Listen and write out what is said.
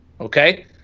Okay